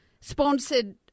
sponsored